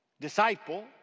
disciple